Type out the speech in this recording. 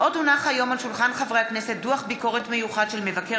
הצעת חוק ביטוח בריאות ממלכתי